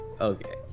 Okay